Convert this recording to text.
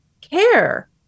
care